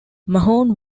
mahon